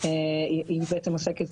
אין בעיה.